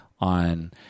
on